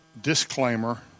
disclaimer